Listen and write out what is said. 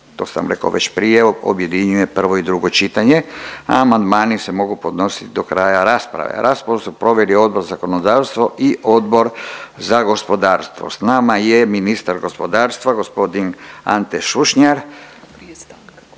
to sam rekao već prije objedinjuje prvo i drugo čitanje, a amandmani se mogu podnosit do kraja rasprave. Raspravu su proveli Odbor za zakonodavstvo i Odbor za gospodarstvo. S nama je ministar gospodarstva, gospodin Ante Šušnjar.